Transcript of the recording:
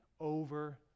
Over